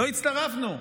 לא הצטרפנו.